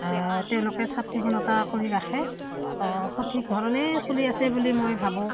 তেওঁলোকে চাফ চিকুণতা কৰি ৰাখে সঠিক ধৰণেই চলি আছে বুলি মই ভাবোঁ